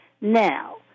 Now